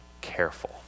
careful